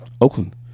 Oakland